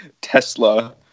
Tesla